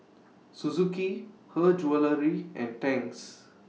Suzuki Her Jewellery and Tangs